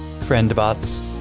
Friend-bots